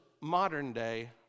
modern-day